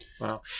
Wow